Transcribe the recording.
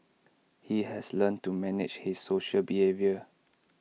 he has learnt to manage his social behaviour